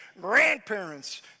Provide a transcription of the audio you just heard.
grandparents